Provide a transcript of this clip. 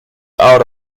out